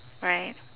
right